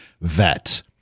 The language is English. vet